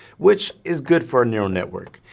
which is good for our neural network.